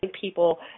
people